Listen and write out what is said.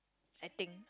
I think